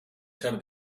ser